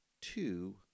two